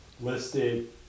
listed